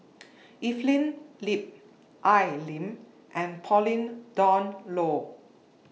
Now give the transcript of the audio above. Evelyn Lip Al Lim and Pauline Dawn Loh